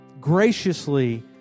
graciously